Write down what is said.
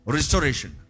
Restoration